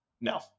No